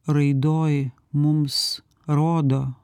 raidoj mums rodo